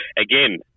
Again